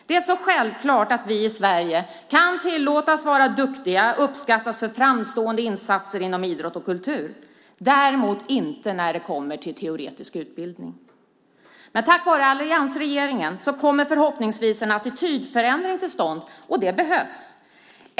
Det är så självklart att vi i Sverige kan tillåtas vara duktiga och uppskattas för framstående insatser inom idrott och kultur, däremot inte när det kommer till teoretisk utbildning. Men tack vare alliansregeringen kommer förhoppningsvis en attitydförändring till stånd, och det behövs.